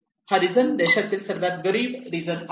हा रिजन देशातील सर्वात गरीब रिजन आहे